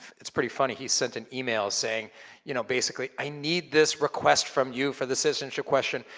it's pretty funny, he sent an email saying you know basically, i need this request from you for the citizenship question.